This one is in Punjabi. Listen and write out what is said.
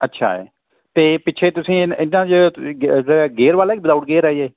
ਅੱਛਾ ਹੈ ਅਤੇ ਪਿੱਛੇ ਤੁਸੀਂ ਇਨ ਇੱਦਾਂ ਜ ਤੁਸੀਂ ਗੇਅਰ ਵਾਲਾ ਕਿ ਵਿਦਆਊਟ ਗੇਅਰ ਹੈ ਜੀ ਇਹ